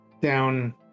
down